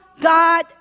God